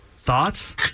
thoughts